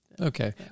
Okay